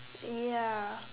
ya